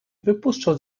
wypuszczał